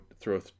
throw